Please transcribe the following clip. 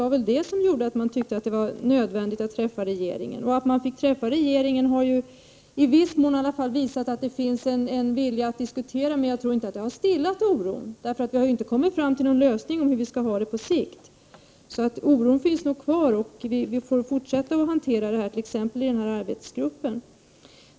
Att man fick träffa regeringen har väl också i varje fall i viss mån visat att de har en vilja att diskutera, men jag tror inte att det har stillat oron. Vi har ju inte kommit fram till någon lösning av hur vi på sikt skall ha det. Oron finns nog alltså kvar, och vi får fortsätta att arbeta med dessa frågor i arbetsgruppen.